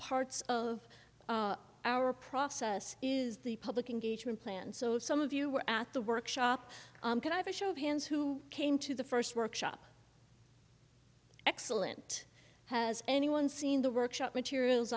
parts of our process is the public engagement plan so some of you were at the workshop can i have a show of hands who came to the first workshop excellent has anyone seen the workshop materials